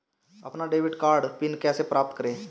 अपना debit card PIN कैसे प्राप्त करें?